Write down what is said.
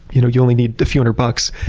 you know you only need a few hundred bucks.